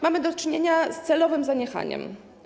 Mamy do czynienia z celowym zaniechaniem.